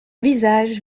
visages